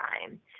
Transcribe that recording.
time